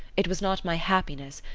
it was not my happiness,